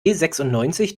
sechsundneunzig